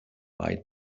eyed